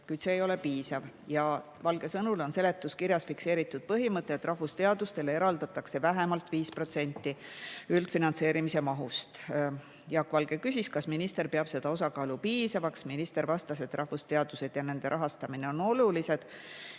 kuid see ei ole piisav. Valge sõnul on seletuskirjas fikseeritud põhimõte, et rahvusteadustele eraldatakse vähemalt 5% üldfinantseerimise mahust. Ta küsis, kas minister peab seda osakaalu piisavaks. Minister vastas, et rahvusteadused ja nende rahastamine on olulised